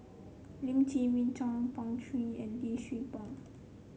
Lim Chwee Chian Pan Shou and Lee Siew Choh